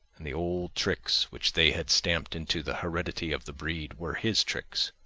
and the old tricks which they had stamped into the heredity of the breed were his tricks.